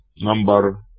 number